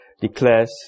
declares